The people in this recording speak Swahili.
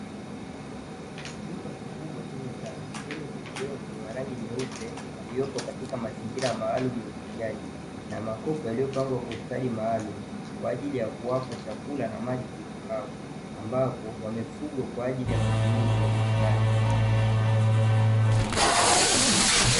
Chumba kikubwa chenye taa, chenye kuku wengi warangi nyeupe waliopo katika mazingira maalumu ya ufugaji na makopo yaliyopangwa kwa ustadi maalumu kwa ajili ya kuwapa chakula na maji kuku hawa, ambapo wamefugwa kwa ajili ya matumizi ya viwandani.